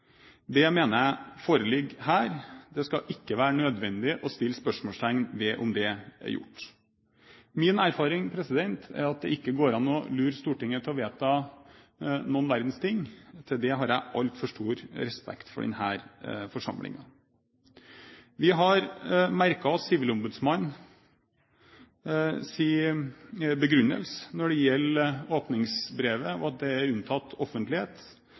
Det mener jeg foreligger her. Det skal ikke være nødvendig å sette spørsmålstegn ved om det er gjort. Min erfaring er at det ikke går an å lure Stortinget til å vedta noen verdens ting. Til det har jeg altfor stor respekt for denne forsamlingen. Vi har merket oss sivilombudsmannens begrunnelse når det gjelder åpningsbrevet, og at det er unntatt offentlighet.